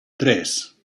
tres